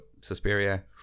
Suspiria